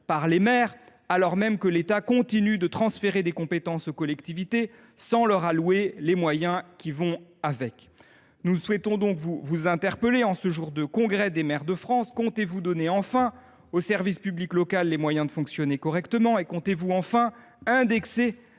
par les maires, alors même que l’État continue de transférer des compétences aux collectivités sans leur allouer les moyens correspondants. Nous souhaitons donc vous interpeller en ce jour de Congrès des maires de France. Comptez vous donner enfin au service public local les moyens de fonctionner correctement et indexer